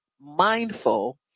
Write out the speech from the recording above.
mindful